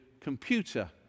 computer